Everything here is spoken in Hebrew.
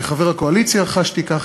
כחבר הקואליציה חשתי כך,